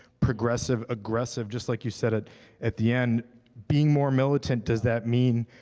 progressive, aggressive, just like you said at at the end. being more militant does that mean